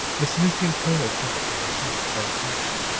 the sanusian plainly chuckled to herself with satisfaction.